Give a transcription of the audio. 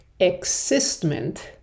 existment